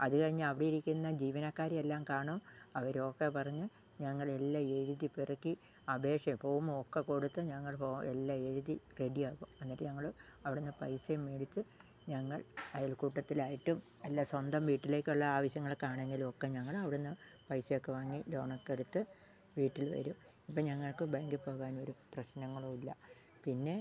അത് കഴിഞ്ഞാൽ അവിടെ ഇരിക്കുന്ന ജീവനക്കാരെ എല്ലാം കാണും അവരോക്കെ പറഞ്ഞ് ഞങ്ങൾ എല്ലാം എഴുതി പെറുക്കി അപേക്ഷ ഫോമും ഒക്കെ കൊടുത്ത് ഞങ്ങൾ പോ എല്ലാ എഴുതി റെഡിയാക്കും എന്നിട്ട് ഞങ്ങള് അവിടുന്ന് പൈസയും മേടിച്ച് ഞങ്ങൾ അയൽകൂട്ടത്തിലായിട്ടും അല്ല സ്വന്തം വീട്ടിലേക്കുള്ള ആവശ്യങ്ങൾക്കാണെങ്കിലും ഒക്കെ ഞങ്ങൾ അവിടെ നിന്ന് പൈസയൊക്ക വാങ്ങി ലോണൊക്കെ എടുത്ത് വീട്ടിൽ വരും ഇപ്പം ഞങ്ങൾക്ക് ബാങ്കിൽ പോകാനൊരു പ്രശ്നങ്ങളും ഇല്ല പിന്നെ